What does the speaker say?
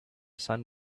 sun